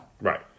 Right